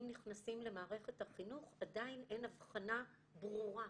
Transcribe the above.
נכנסים למערכת החינוך עדיין אין אבחנה ברורה,